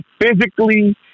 physically